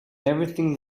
everything